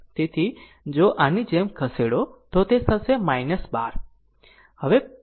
તેથી જો આની જેમ ખસેડો તો તે થશે - 12 થશે